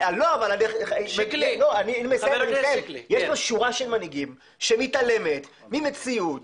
יש פה שורה של מנהיגים שמתעלמת ממציאות